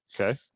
Okay